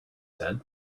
said